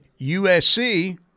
USC